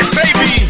baby